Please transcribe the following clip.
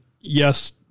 yes